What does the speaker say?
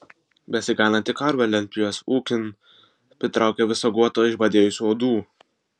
besigananti karvė lentpjūvės ūkin pritraukė visą guotą išbadėjusių uodų